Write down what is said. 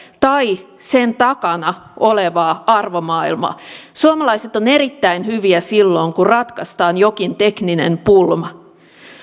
tai sen takana olevaa arvomaailmaa suomalaiset ovat erittäin hyviä silloin kun ratkaistaan jokin tekninen pulma